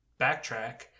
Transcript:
backtrack